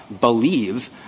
believe